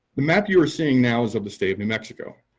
the map you are seeing now is of the state of new mexico.